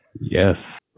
Yes